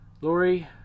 lori